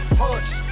push